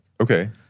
Okay